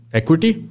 equity